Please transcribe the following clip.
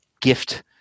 gift